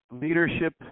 leadership